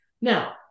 Now